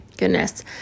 Goodness